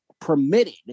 permitted